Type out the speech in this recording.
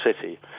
City